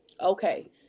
Okay